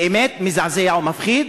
באמת מזעזע ומפחיד.